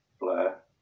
Blair